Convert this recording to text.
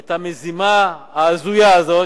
את המזימה ההזויה הזאת,